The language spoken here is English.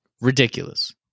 ridiculous